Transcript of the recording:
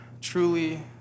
truly